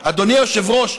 אדוני היושב-ראש,